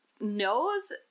knows